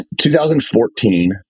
2014